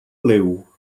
liw